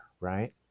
right